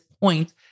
point